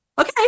Okay